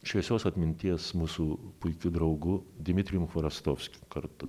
šviesios atminties mūsų puikiu draugu dmitrijum chvorostovskiu kartu